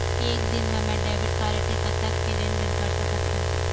एक दिन मा मैं डेबिट कारड मे कतक के लेन देन कर सकत हो?